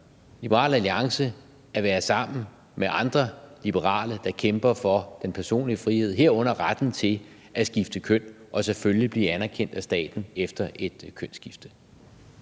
Liberal Alliance at være sammen med andre liberale, der kæmper for den personlige frihed, herunder retten til at skifte køn og selvfølgelig blive anerkendt af staten efter et kønsskifte?